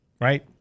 right